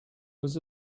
was